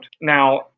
now